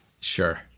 Sure